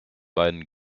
beiden